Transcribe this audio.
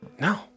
No